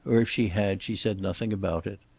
or if she had she said nothing about it.